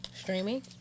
Streaming